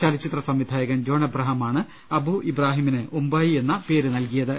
ചല ച്ചിത്ര സംവിധായകൻ ജോൺ എബ്രഹാമാണ് അബു ഇബ്രാഹിമിന് ഉമ്പായി എന്ന് പേര് നൽകിയത്